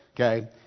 Okay